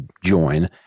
join